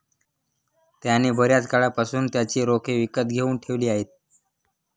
त्याने बर्याच काळापासून त्याचे रोखे विकत घेऊन ठेवले आहेत